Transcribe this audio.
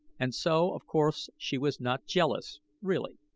and so of course she was not jealous really.